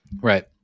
Right